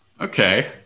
okay